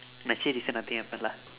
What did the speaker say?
actually recent nothing happened lah